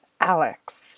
Alex